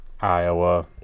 Iowa